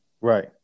Right